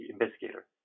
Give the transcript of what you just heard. investigator